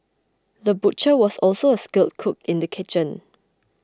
the butcher was also a skilled cook in the kitchen